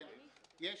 אז